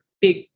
big